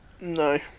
no